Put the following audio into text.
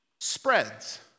spreads